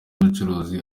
y’ubucuruzi